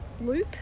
loop